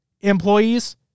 employees